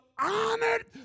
honored